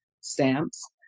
stamps